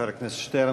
חבר הכנסת שטרן,